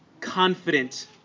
confident